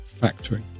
factoring